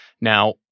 Now